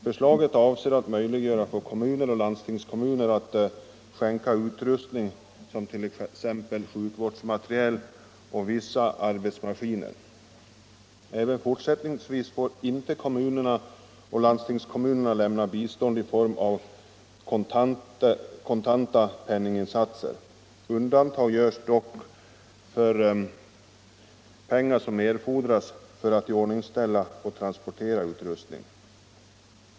Förslaget avser att möjliggöra för kommuner och landstingskommuner att skänka utrustning, såsom t.ex. sjukvårdsmateriel och vissa arbetsmaskiner. Inte heller i fortsättningen skall kommunerna och landstingskommunerna få lämna bistånd i form av kontanta penninginsatser. Undantag görs dock för pengar som erfordras för att iordningställa och transportera utrustning.